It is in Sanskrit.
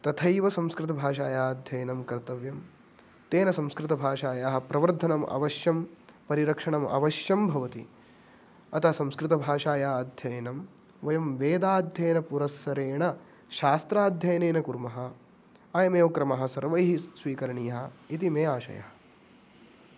तथैव संस्कृतभाषायाः अध्ययनं कर्तव्यं तेन संस्कृतभाषायाः प्रवर्धनम् अवश्यं परिरक्षणम् अवश्यं भवति अतः संस्कृतभाषायाः अध्ययनं वयं वेदाध्ययनपुरस्सरेण शास्त्राध्ययनेन कुर्मः अयमेव क्रमः सर्वैः स्वीकरणीयः इति मे आशयः